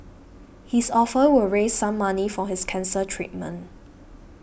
his offer will raise some money for his cancer treatment